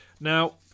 Now